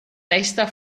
testa